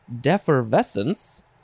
Defervescence